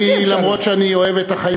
ולכן צריך להוציא אותם